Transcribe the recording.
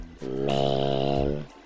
man